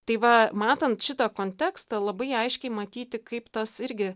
tai va matant šitą kontekstą labai aiškiai matyti kaip tas irgi